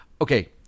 Okay